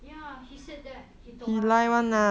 ya he said that he told us one